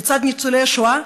לצד ניצולי השואה,